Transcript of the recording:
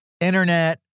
internet